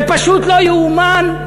זה פשוט לא יאומן.